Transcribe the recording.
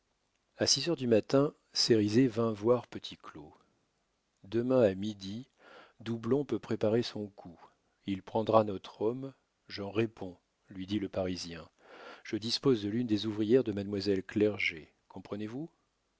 a six heures du matin cérizet vint voir petit claud demain à midi doublon peut préparer son coup il prendra notre homme j'en réponds lui dit le parisien je dispose de l'une des ouvrières de mademoiselle clerget comprenez-vous